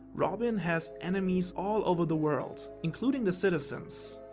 robin has enemies all over the world, including the citizens.